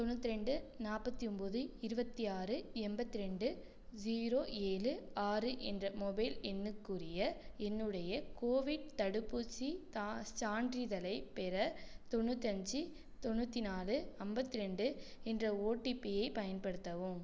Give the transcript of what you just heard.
தொண்ணுாற்றி ரெண்டு நாற்பத்தி ஒம்பது இருபத்தி ஆறு எண்பத்து ரெண்டு ஜீரோ ஏழு ஆறு என்ற மொபைல் எண்ணுக்குரிய என்னுடைய கோவிட் தடுப்பூசிச் சான்றிதழைப் பெற தொண்ணுாற்றி அஞ்சு தொண்ணுாற்றி நாலு ஐம்பத்தி ரெண்டு என்ற ஓடிபியை பயன்படுத்தவும்